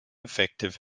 effective